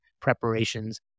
preparations